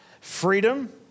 Freedom